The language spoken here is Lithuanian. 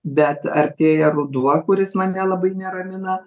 bet artėja ruduo kuris mane labai neramina